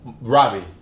Robbie